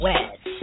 West